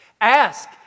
Ask